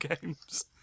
games